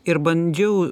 ir bandžiau